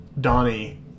Donnie